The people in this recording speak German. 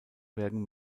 werden